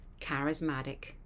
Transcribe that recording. charismatic